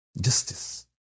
justice